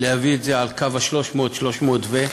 להביא את זה לקו ה-300, 300 ו-,